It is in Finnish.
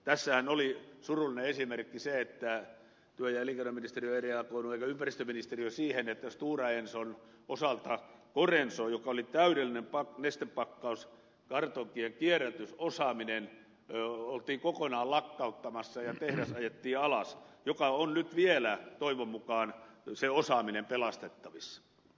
tässähän oli surullinen esimerkki se että työ ja elinkeinoministeriö ei reagoinut eikä ympäristöministeriö siihen että stora enson osalta corenso jossa oli täydellinen nestepakkauskartonkien kierrätysosaaminen oltiin kokonaan lakkauttamassa ja tehdas ajettiin alas joka on nyt vielä toivon mukaan se osaaminen pelastettavissa